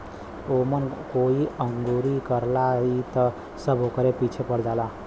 ओमन कोई अंगुरी करला त इ सब ओकरे पीछे पड़ जालन